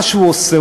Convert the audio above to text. מה שהוא עושה,